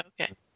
Okay